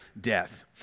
death